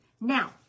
now